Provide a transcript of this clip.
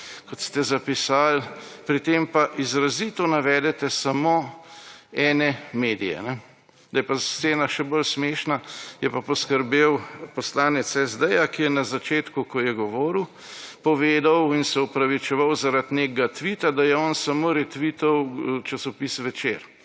kot ste zapisali, pri tem pa izrazito navedete samo ene medije. Da je pa scena še bolj smešna, je pa poskrbel poslanec SD, ki je na začetku, ko je govoril, povedal in se opravičeval zaradi nekega tvita, da je on samo retvital časopis Večer.